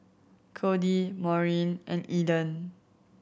Cody Maureen and Eden